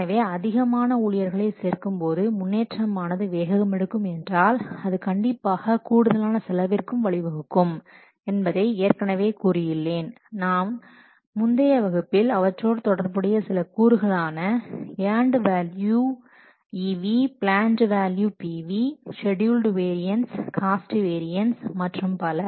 எனவே அதிகமான ஊழியர்களை சேர்க்கும்போது முன்னேற்றமானது வேகமெடுக்கும் என்றால் அது கண்டிப்பாக கூடுதலான செலவிற்கும் வழிவகுக்கும் என்பதை ஏற்கனவே கூறியுள்ளேன் நாம் முந்தைய வகுப்பில் அவற்றோடு தொடர்புடைய சில கூறுகளான earned value EV planned value PV scheduled variance cost variance மற்றும் பல